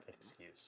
excuse